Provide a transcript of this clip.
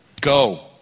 Go